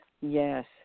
Yes